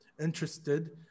interested